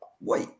wait